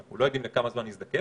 ואנחנו לא יודעים לכמה זמן נזדקק,